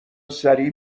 سریع